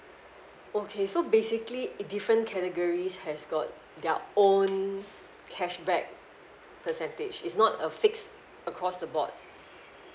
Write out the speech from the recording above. okay so basically different categories has got their own cashback percentage it's not a fixed across the board